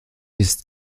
ist